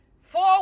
four